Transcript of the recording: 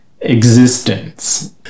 existence